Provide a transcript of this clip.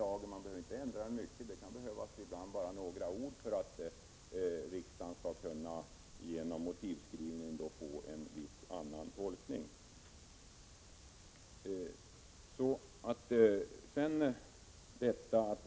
Men den behöver inte ändras mycket. Ibland behöver bara några ord ändras för att riksdagen genom en motivskrivning skall kunna få till stånd en annan tolkning.